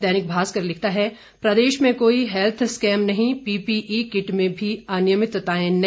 दैनिक भास्कर लिखता है प्रदेश में कोई हैल्थ स्कैम नहीं पीपीई किट में भी अनियमितताएं नहीं